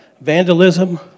vandalism